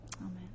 Amen